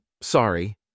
sorry